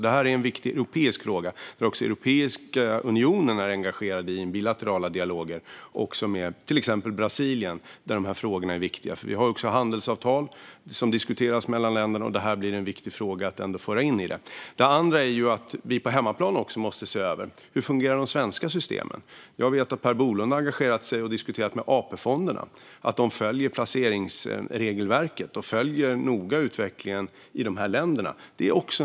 Det är en viktig europeisk fråga, och Europeiska unionen är engagerad i bilaterala dialoger med till exempel Brasilien där dessa frågor är viktiga. Handelsavtal diskuteras mellan länderna, och detta är en viktig fråga att föra in i diskussionen. Vi måste också på hemmaplan se över hur de svenska systemen fungerar. Jag vet att Per Bolund har engagerat sig i och diskuterat med AP-fonderna att de följer placeringsregelverket och noga följer utvecklingen i dessa länder.